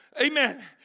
Amen